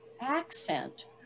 accent